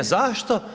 Zašto?